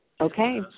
Okay